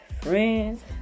friends